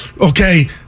Okay